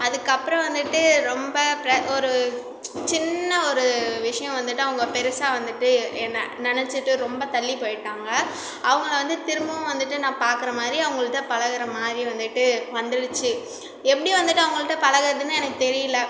அதுக்கப்புறம் வந்துவிட்டு ரொம்ப ஒரு சின்ன ஒரு விஷயம் வந்துவிட்டு அவங்க பெருசாக வந்துவிட்டு என்னை நினைச்சிட்டு ரொம்ப தள்ளிப் போய்ட்டாங்க அவங்கள வந்து திரும்பவும் வந்துவிட்டு நான் பார்க்கற மாதிரி அவங்கள்ட்ட பழகுற மாதிரி வந்துவிட்டு வந்துடுச்சு எப்படி வந்துவிட்டு அவங்கள்ட்ட பழகுறதுன்னு எனக்கு தெரியல